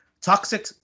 toxic